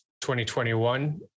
2021